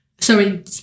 sorry